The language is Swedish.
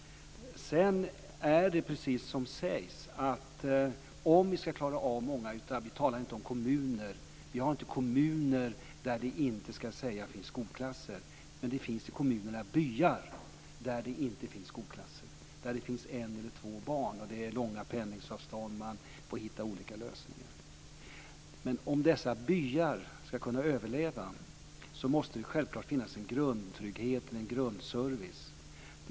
Vi talar inte om kommuner. Vi har inte kommuner där det inte finns skolklasser. Men det finns byar i kommunerna där det inte finns skolklasser och där det finns ett eller två barn. Man har långa pendlingsavstånd, och man får hitta olika lösningar. Men om dessa byar ska kunna överleva måste det självklart finnas en grundtrygghet och en grundservice.